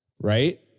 right